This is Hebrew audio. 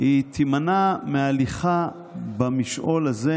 היא תימנע מהליכה במשעול הזה